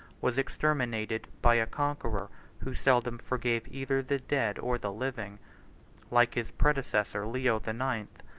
was exterminated by a conqueror who seldom forgave either the dead or the living like his predecessor leo the ninth,